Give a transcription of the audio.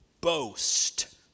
boast